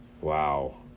Wow